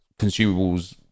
consumables